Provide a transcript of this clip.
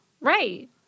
right